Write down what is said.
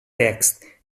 text